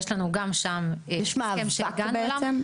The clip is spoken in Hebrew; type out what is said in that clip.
יש מאבק בעצם?